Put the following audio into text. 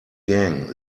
gang